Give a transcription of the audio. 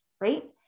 right